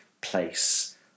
place